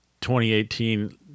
2018